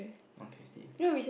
one fifty